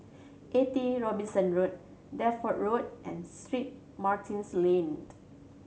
Eighty Robinson Road Deptford Road and Street Martin's Lane